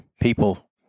people